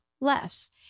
less